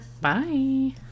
bye